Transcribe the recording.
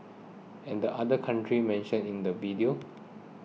and other country mentioned in the video